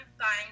buying